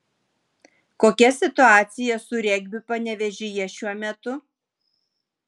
kokia situacija su regbiu panevėžyje šiuo metu